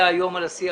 מצטרף לדברים.